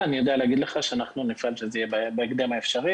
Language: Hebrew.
אני יודע להגיד לך שנפעל כדי שזה יהיה בהקדם האפשרי